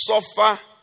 suffer